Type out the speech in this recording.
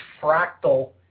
fractal